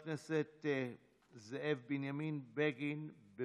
הצעות לסדר-היום מס' 2465, 2546 ו-2553.